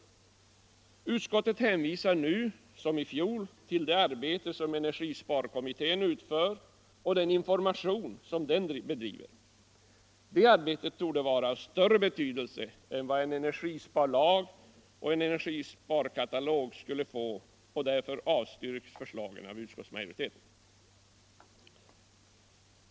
Utskottet hänvisar nu som i fjol till det arbete som energisparkommittén utför och den information som den bedriver. Detta arbete torde vara av större betydelse än vad en energisparlag och en energisparkatalog skulle få, och därför avstyrks förslagen av utskottsmajoriteten.